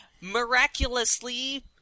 miraculously